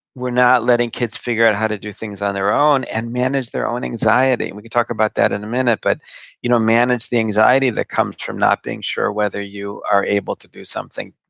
we're not letting kids figure out how to do things on their own and manage their own anxiety. and we can talk about that in a minute, but you know manage the anxiety that comes from not being sure whether you are able to do something,